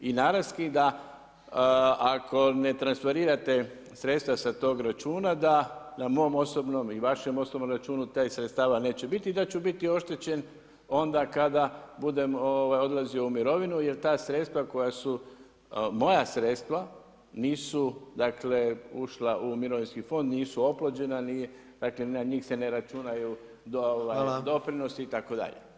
I naravski da ako ne transferirate sredstva sa tog računa da na mom osobnom i vašem osobnom računu tih sredstava neće biti i da ću biti oštećen onda kada budem odlazio u mirovinu jer ta sredstva koja su moja sredstva nisu, dakle ušla u Mirovinski fond, nisu oplođena nije, dakle na njih se ne računaju doprinosi itd.